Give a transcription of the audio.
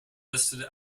listed